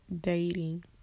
dating